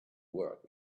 work